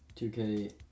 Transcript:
2K